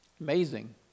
Amazing